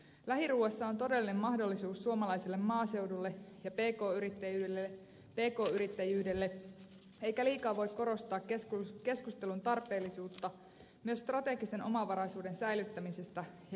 lähiruuassa on todellinen mahdollisuus suomalaiselle maaseudulle ja pk yrittäjyydelle eikä liikaa voi korostaa keskustelun tarpeellisuutta myös strategisen omavaraisuuden säilyttämisestä ja kehittämisestä